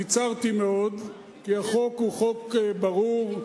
קיצרתי מאוד כי החוק הוא חוק ברור,